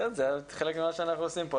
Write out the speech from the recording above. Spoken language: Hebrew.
זה חלק ממה שאנחנו עושים פה.